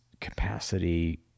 capacity